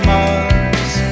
Mars